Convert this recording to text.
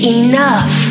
enough